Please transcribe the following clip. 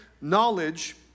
...knowledge